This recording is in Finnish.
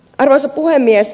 arvoisa puhemies